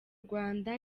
rwanda